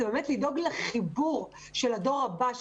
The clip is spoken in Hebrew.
היא לדאוג לחיבור של הדור הבא,